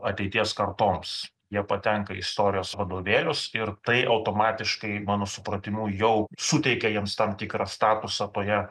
ateities kartoms jie patenka į istorijos vadovėlius ir tai automatiškai mano supratimu jau suteikia jiems tam tikrą statusą toje